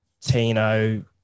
Tino